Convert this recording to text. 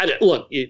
Look